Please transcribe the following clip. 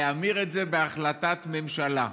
להמיר את זה בהחלטת ממשלה.